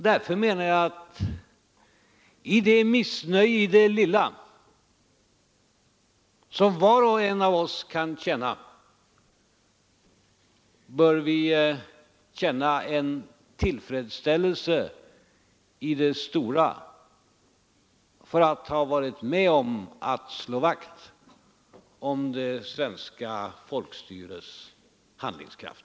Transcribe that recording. Därför menar jag att samtidigt med det missnöje i det lilla som var och en av oss kan känna bör vi känna en tillfredsställelse i det stora över att ha varit med om att slå vakt om det svenska folkstyrets handlingskraft.